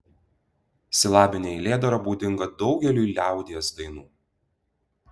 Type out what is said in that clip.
silabinė eilėdara būdinga daugeliui liaudies dainų